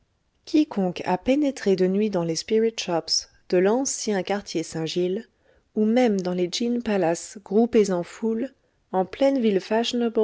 quiconque a pénétré de nuit dans les spirit shops de l'ancien quartier saint-gilles où même dans les gin palaces groupés en foule en pleine ville